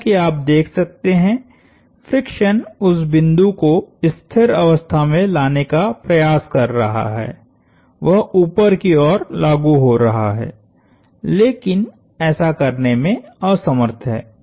जैसा कि आप देख सकते हैं फ्रिक्शन उस बिंदु को स्थिर अवस्था में लाने का प्रयास कर रहा है वह ऊपर की ओर लागु हो रहा है लेकिन ऐसा करने में असमर्थ है